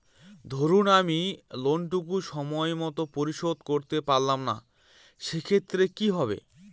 ধরুন আমি লোন টুকু সময় মত পরিশোধ করতে পারলাম না সেক্ষেত্রে কি হবে?